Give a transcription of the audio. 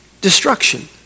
destruction